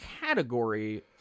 category